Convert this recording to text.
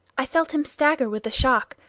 i felt him stagger with the shock,